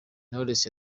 knowless